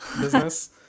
business